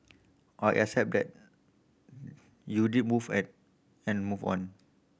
are accept that you did move at and move on